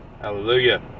hallelujah